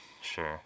Sure